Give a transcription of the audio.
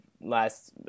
last